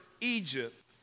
Egypt